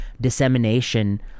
dissemination